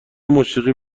موسیقی